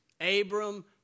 Abram